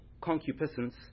concupiscence